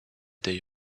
day